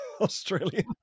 Australian